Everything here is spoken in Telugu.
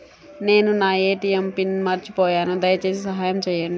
నేను నా ఏ.టీ.ఎం పిన్ను మర్చిపోయాను దయచేసి సహాయం చేయండి